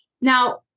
Now